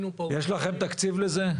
יש לכם תקציב לזה?